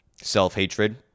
self-hatred